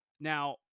Now